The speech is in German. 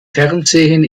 fernsehen